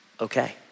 okay